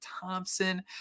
Thompson